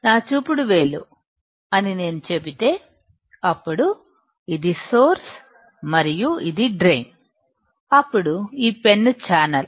నా చూపుడు వేలు అని నేను చెబితే అప్పుడు ఇది సోర్స్ మరియు ఇది డ్రైన్ అప్పుడు ఈ పిఎన్ ఛానల్